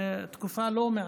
תקופה לא קצרה.